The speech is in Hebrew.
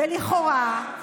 ולכאורה,